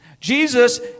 Jesus